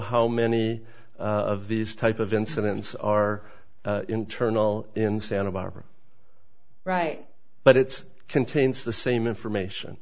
how many of these type of incidents are internal in santa barbara right but it's contains the same information